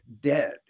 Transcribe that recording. dead